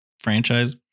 Franchise